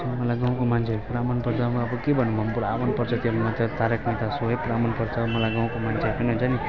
मलाई गाउँको मान्छेहरू पुरा मनपर्छ म अब के भन्नु पुरा मनपर्छ त्यो मात्र तारक मेहेता सो नै पुरा मनपर्छ मलाई गाउँको मान्छेहरू पनि हुन्छ नि